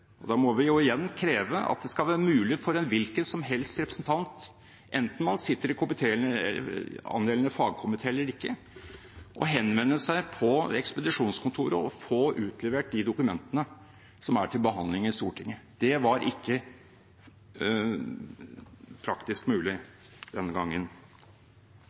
presidentskapet da hadde frigjort den. Den ble dog frigjort for trykking dagen etter at Stortinget skulle ha behandlet den, slik presidentskapet hevder. Vi må igjen kreve at det skal være mulig for en hvilken som helst representant, enten man sitter i angjeldende fagkomité eller ikke, å henvende seg til ekspedisjonskontoret og få utlevert de dokumentene som er til behandling i Stortinget.